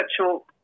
virtual